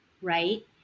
Right